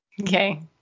okay